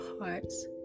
hearts